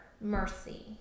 mercy